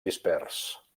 dispers